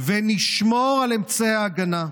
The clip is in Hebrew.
ונשמור על אמצעי ההגנה.